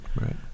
Right